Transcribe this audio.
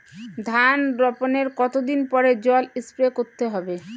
ধান বপনের কতদিন পরে জল স্প্রে করতে হবে?